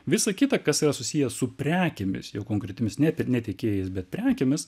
visa kita kas yra susiję su prekėmis jau konkretėmis ne tie ne tiekėjais bet prekėmis